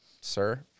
sir